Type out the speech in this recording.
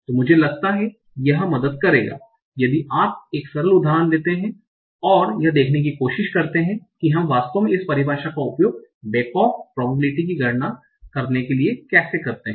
तो मुझे लगता है कि यह मदद करेगा यदि आप एक सरल उदाहरण लेते हैं और यह देखने की कोशिश करते हैं कि हम वास्तव में इस परिभाषा का उपयोग बैक ऑफ संभावनाओं की गणना कैसे करते हैं